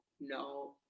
no